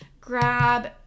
grab